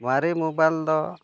ᱢᱟᱨᱮ ᱢᱳᱵᱟᱭᱤᱞ ᱫᱚ